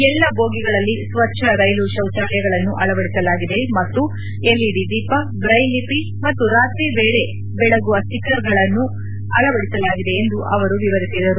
ಎಲ್ಲ ಬೋಗಿಗಳಲ್ಲಿ ಸ್ವಚ್ಲ ರೈಲು ಶೌಚಾಲಯಗಳನ್ನು ಅಳವಡಿಸಲಾಗಿದೆ ಮತ್ತು ಎಲ್ಇಡಿ ದೀಪ ಬ್ನೆಲ್ ಲಿಪಿ ಮತ್ತು ರಾತ್ರಿ ವೇಳಿ ಬೆಳಗುವ ಸ್ವಿಕ್ಕರ್ಗಳನ್ನು ಅಳವಡಿಸಲಾಗಿದೆ ಎಂದು ಅವರು ವಿವರಿಸಿದರು